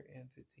entity